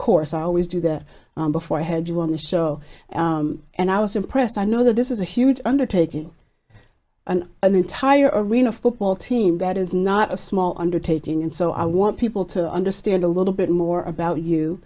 course i always do that before i had you on the show and i was impressed i know that this is a huge undertaking and an entire arena football team that is not a small undertaking and so i want people to understand a little bit more about you